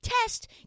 test